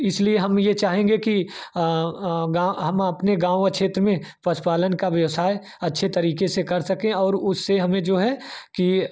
इसलिए हम यह चाहेंगे कि गाँव हम अपने गाँव व क्षेत्र में पशुपालन का व्यवसाय अच्छे तरीके से कर सकें और उससे हमें जो है कि